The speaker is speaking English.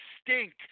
stink